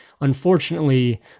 Unfortunately